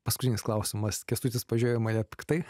paskutinis klausimas kęstutis pažiūrėjo į mane piktai